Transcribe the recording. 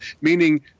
meaning